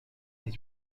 dix